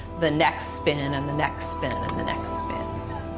the next spin and the next spin and the next spin.